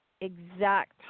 exact